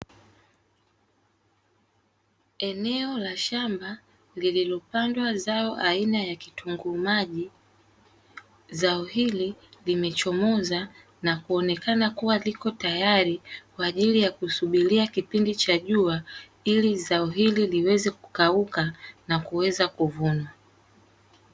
Eneo la shamba lililopandwa zao aina ya kitunguu maji, zao hili limechomoza na kuonekana kuwa liko tayari kwa ajili ya kusubiria kipindi cha jua hili zao hilo liweze kukauka na kuweza kuvunwa.